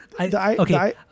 Okay